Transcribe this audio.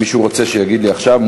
אם מישהו רוצה, שיגיד לי עכשיו.